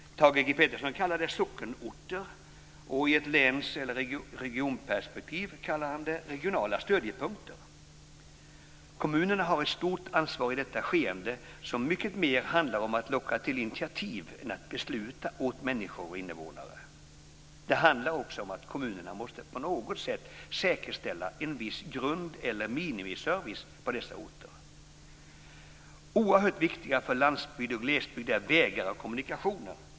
Thage G Peterson kallar dem sockenorter och i ett läns eller regionperspektiv regionala stödjepunkter. Kommunerna har ett stort ansvar i detta skeende, som mycket mer handlar om att locka till initiativ än om att besluta åt invånare. Det handlar också om att kommunerna måste på något sätt säkerställa en viss grund eller minimiservice på dessa orter. Oerhört viktiga för landsbygd och glesbygd är vägar och kommunikationer.